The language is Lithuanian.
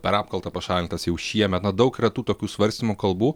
per apkaltą pašalintas jau šiemet na daug yra tų tokių svarstymų kalbų